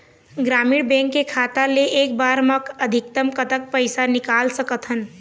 ग्रामीण बैंक के खाता ले एक बार मा अधिकतम कतक पैसा निकाल सकथन?